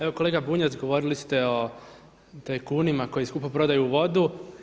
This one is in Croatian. Evo kolega Bunjac govorili ste o tajkunima koji skupo prodaju vodu.